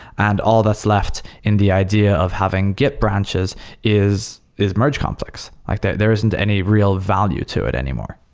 and all that's left in the idea of having git branches is is merge complex. like that there isn't any real value to it anymore.